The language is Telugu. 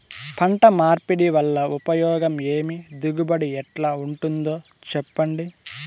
పంట మార్పిడి వల్ల ఉపయోగం ఏమి దిగుబడి ఎట్లా ఉంటుందో చెప్పండి?